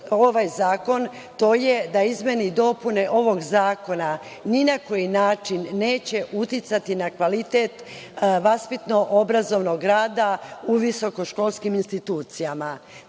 ovaj zakon to je da izmene i dopune ovog zakona ni na koji način neće uticati na kvalitet vaspitno-obrazovnog rada u visokoškolskim institucijama. Treći